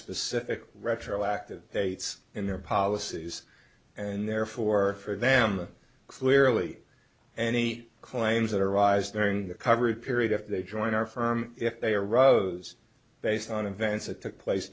specific retroactive it's in their policies and therefore for them clearly any claims that arise during the coverage period if they join our firm if they are rows based on events that took place